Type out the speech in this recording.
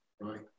Right